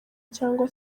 cyangwa